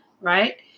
right